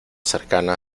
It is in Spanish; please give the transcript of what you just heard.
cercana